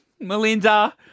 Melinda